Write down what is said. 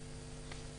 תודה שהצגת את זה.